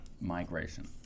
migration